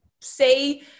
say